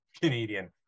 canadian